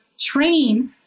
train